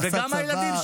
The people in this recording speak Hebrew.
הוא עשה צבא,